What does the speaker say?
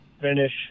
finish